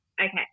Okay